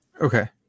Okay